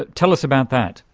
ah tell us about that.